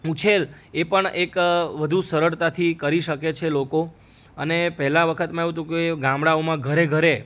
ઉછેર એ પણ એક વધુ સરળતાથી કરી શકે છે લોકો અને પહેલા વખતમાં એવું હતું કે ગામળાઓમાં ઘરે ઘરે